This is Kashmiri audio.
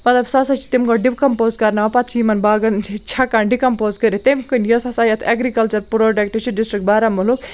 مطلب سُہ ہَسا چھِ تِم گۄڈٕ ڈِکَمپوز کَرناوان پَتہٕ چھِ یِمَن باغَن چھَکان ڈِکَمپوز کٔرِتھ تمہِ کِنۍ یُس ہَسا یَتھ اٮ۪گرِکَلچَر پرٛوڈَکٹ چھِ ڈِسٹرٛک بارہمُلہُک